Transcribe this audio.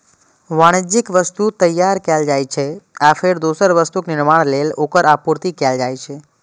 वाणिज्यिक वस्तु तैयार कैल जाइ छै, आ फेर दोसर वस्तुक निर्माण लेल ओकर आपूर्ति कैल जाइ छै